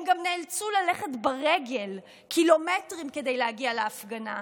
הם גם נאלצו ללכת ברגל קילומטרים כדי להגיע להפגנה.